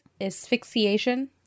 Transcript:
asphyxiation